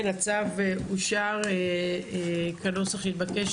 הצבעה אושר הצו אושר כנוסח שהתבקש.